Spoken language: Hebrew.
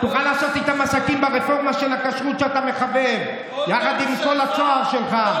תוכל לעשות עסקים ברפורמה של הכשרות שאתה מחבב יחד עם כל הצהר שלך.